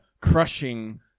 crushing